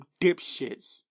dipshits